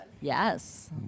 Yes